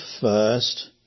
first